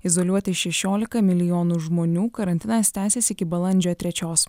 izoliuoti šešiolika milijonų žmonių karantinas tęsiasi iki balandžio trečios